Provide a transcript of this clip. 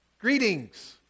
Greetings